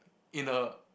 in a